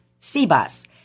CBUS